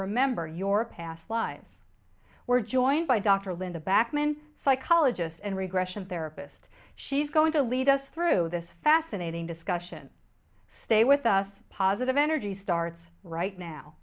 remember your past lives we're joined by dr linda backman psychologist and regression therapist she's going to lead us through this fascinating discussion stay with us positive energy starts right now